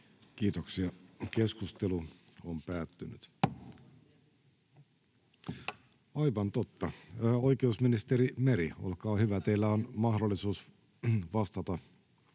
pyytää puheenvuoroa] — Aivan totta, oikeusministeri Meri, olkaa hyvä. Teillä on mahdollisuus vastata